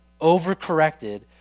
overcorrected